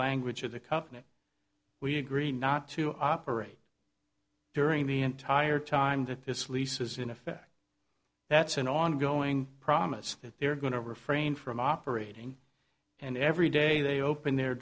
language of the company we agree not to operate during the entire time that this lease is in effect that's an ongoing promise that they're going to refrain from operating and every day they open their